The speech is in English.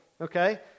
okay